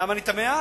למה אתה תמה?